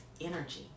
energy